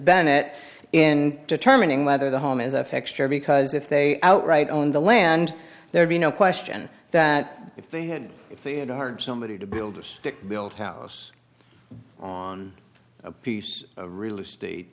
bagnet in determining whether the home is f x true because if they outright owned the land there'd be no question that if they had if they had hard somebody to build a stick built house on a piece of real estate